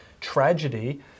tragedy